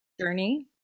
journey